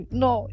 no